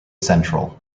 central